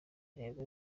intego